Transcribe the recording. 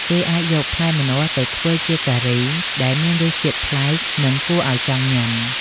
គេអាចយកផ្លែម្នាស់ទៅធ្វើជាការី ដែលមានរសជាតិប្លែក និងគួរឲ្យចង់ញ៉ាំ។